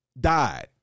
died